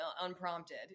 unprompted